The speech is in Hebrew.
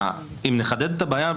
נחדד את הבעיה,